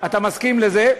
אתה מסכים לזה?